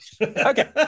okay